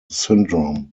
syndrome